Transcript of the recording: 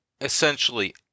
essentially